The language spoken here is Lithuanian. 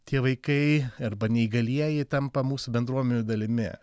tie vaikai arba neįgalieji tampa mūsų bendruomenių dalimi